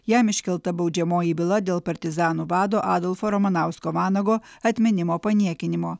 jam iškelta baudžiamoji byla dėl partizanų vado adolfo ramanausko vanago atminimo paniekinimo